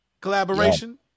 collaboration